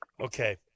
Okay